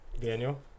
Daniel